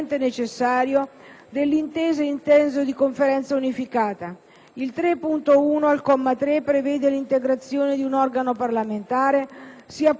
il 3.1, al comma 3, prevede l'integrazione di un organo parlamentare, sia pure a effetti limitati ma con componenti estranei alle Camere;